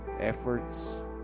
efforts